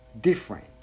different